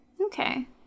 Okay